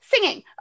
singing